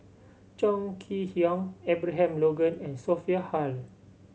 Chong Kee Hiong Abraham Logan and Sophia Hull